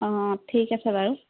অঁ ঠিক আছে বাৰু